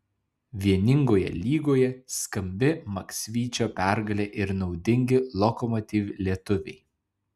vieningoje lygoje skambi maksvyčio pergalė ir naudingi lokomotiv lietuviai